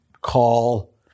call